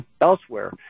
elsewhere